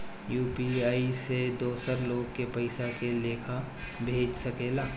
UPI से दोसर लोग के पइसा के लेखा भेज सकेला?